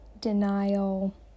denial